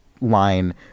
line